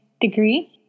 degree